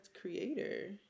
creator